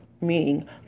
meaning